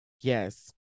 Yes